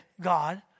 God